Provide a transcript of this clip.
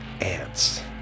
ants